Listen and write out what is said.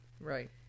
right